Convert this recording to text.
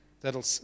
that'll